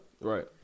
Right